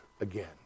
again